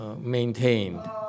maintained